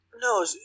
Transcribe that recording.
No